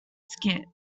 skit